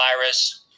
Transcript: Virus